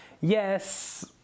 yes